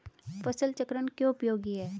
फसल चक्रण क्यों उपयोगी है?